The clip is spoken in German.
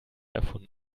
erfunden